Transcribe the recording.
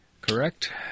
Correct